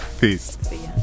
Peace